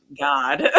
God